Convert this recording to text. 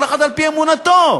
כל אחד על-פי אמונתו.